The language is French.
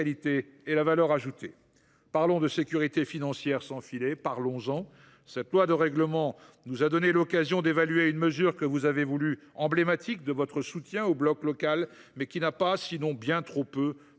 et la valeur ajoutée. Parlons de sécurité financière sans filet. Parlons en ! Ce projet de loi de règlement nous a donné l’occasion d’évaluer une mesure que vous avez voulue emblématique de votre soutien au bloc local, mais qui n’a pas – sinon bien trop peu